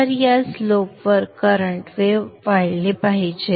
तर या स्लोप वर करंट वेव्ह वाढले पाहिजे